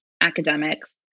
academics